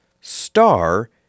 star